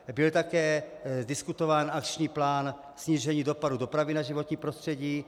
Byl také diskutován akční plán snížení dopadu dopravy na životní prostředí.